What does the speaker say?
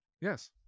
Yes